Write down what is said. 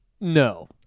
No